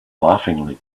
laughingly